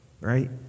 Right